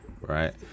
right